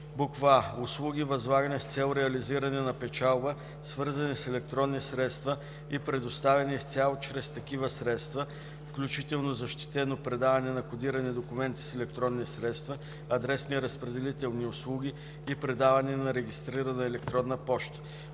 а) услуги, възлагани с цел реализиране на печалба, свързани с електронни средства и предоставени изцяло чрез такива средства (включително защитено предаване на кодирани документи с електронни средства, адресни разпределителни услуги и предаване на регистрирана електронна поща);